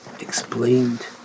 explained